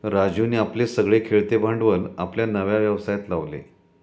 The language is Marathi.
राजीवने आपले सगळे खेळते भांडवल आपल्या नव्या व्यवसायात लावले